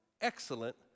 excellent